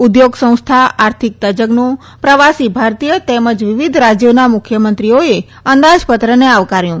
ઉદ્યોગ સંસ્થા આર્થિક ત જ્ઞો પ્રવાસી ભારતીય તેમ વિવિધ રા યોના મુખ્યમંત્રીઓએ અંદા ત્રને આવકાર્યુ